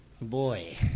boy